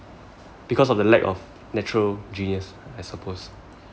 because of the lack of natural genius I suppose